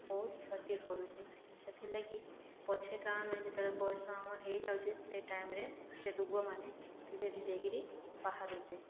ବହୁତ କ୍ଷତି କରୁଛେ ସେଥିଲାଗି ପଛେକା ଆମେ ଯେତେବେଳେ ବୟସ ଆମର ହୋଇଯାଉଛେ ସେ ଟାଇମ୍ରେ ସେ ରୋଗମାନେ ଧୀରେ ଧୀରେ କରି ବାହାରୁଛେ